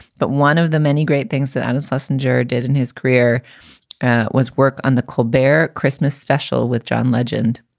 but one of the many great things that adams messenger did in his career was work on the cold there christmas special with john legend.